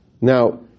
Now